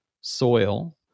soil